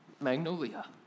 Magnolia